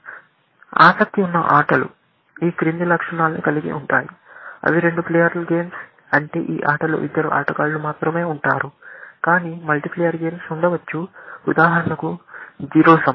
ముఖ్యంగా ఆసక్తి ఉన్న ఆటలు ఈ క్రింది లక్షణాన్ని కలిగి ఉంటాయి అవి రెండు ప్లేయర్ గేమ్స్ అంటే ఈ ఆటలో ఇద్దరు ఆటగాళ్ళు మాత్రమే ఉంటారు కాని మల్టీప్లేయర్ గేమ్స్ ఉండవచ్చు ఉదాహరణకు జీరో సమ్